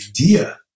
idea